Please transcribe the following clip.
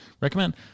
Recommend